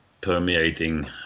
permeating